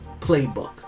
playbook